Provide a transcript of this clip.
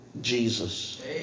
jesus